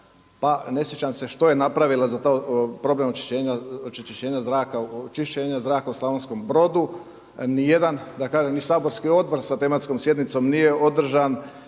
pa ne sjećam se što je napravila za to, problem onečišćenja zraka u Slavonskom Brodu. Ni jedan, da kažem ni saborski odbor sa tematskom sjednicom nije održan